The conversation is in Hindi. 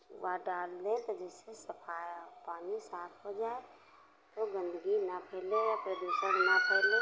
डाल दें तो जिससे पानी साफ हो जाए तो गंदगी ना फैले या प्रदूषण न फैले